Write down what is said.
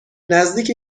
نزدیک